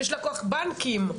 יש בנקים,